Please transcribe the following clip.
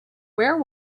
where